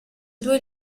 due